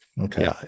okay